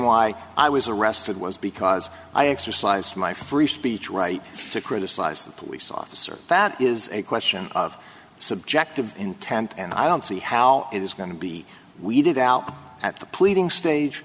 why i was arrested was because i exercised my free speech right to criticize the police officer that is a question of subjective intent and i don't see how it is going to be weeded out at the pleading stage